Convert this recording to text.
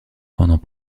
pendant